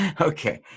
Okay